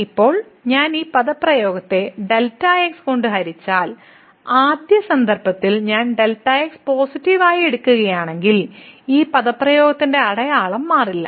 ഇപ്പോൾ ഞാൻ ഈ പദപ്രയോഗത്തെ Δx കൊണ്ട് ഹരിച്ചാൽ ആദ്യ സന്ദർഭത്തിൽ ഞാൻ Δx പോസിറ്റീവ് ആയി എടുക്കുകയാണെങ്കിൽ ഈ പദപ്രയോഗത്തിന്റെ അടയാളം മാറില്ല